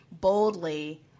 boldly